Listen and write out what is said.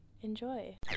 Enjoy